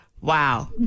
Wow